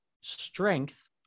strength